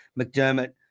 McDermott